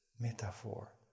metaphor